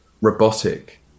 robotic